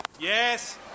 Yes